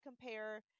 compare